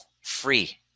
Free